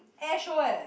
airshow leh